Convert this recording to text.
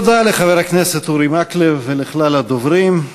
תודה לחבר הכנסת אורי מקלב ולכלל הדוברים.